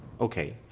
Okay